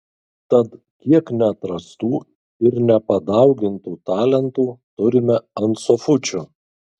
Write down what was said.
tad kiek neatrastų ir nepadaugintų talentų turime ant sofučių